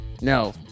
no